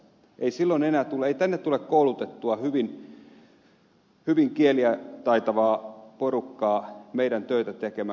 ei tänne tule koulutettua hyvin kieliä taitavaa porukkaa meidän töitämme tekemään